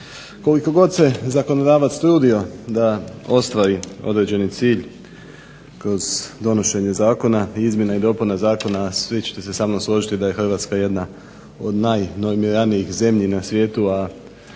Koliko god se zakonodavac trudio da ostvari određeni cilj kroz donošenje zakona i izmjene i dopune zakona svi ćete se sa mnom složiti da je Hrvatska jedna od najnormiranijih zemlji na svijetu, a